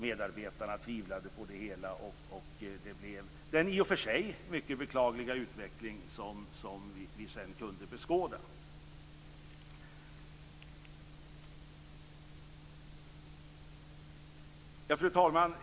Medarbetarna tvivlade på det hela. Det blev den i och för sig mycket beklagliga utveckling som vi sedan kunde beskåda. Fru talman!